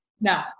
No